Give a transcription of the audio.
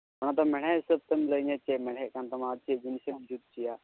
ᱚᱱᱟ ᱫᱚ ᱢᱮᱬᱦᱮᱫ ᱦᱤᱥᱟᱹᱵ ᱛᱮᱢ ᱞᱟᱹᱭᱟᱹᱧᱟᱹ ᱪᱮᱫ ᱢᱮᱬᱦᱮᱫ ᱠᱟᱱ ᱛᱟᱢᱟ ᱟᱨ ᱪᱮᱫ ᱡᱤᱱᱤᱥᱮᱢ ᱡᱩᱛ ᱦᱚᱪᱚᱭᱟ